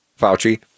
Fauci